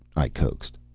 i coaxed.